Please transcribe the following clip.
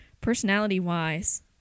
Personality-wise